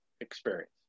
experience